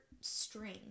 string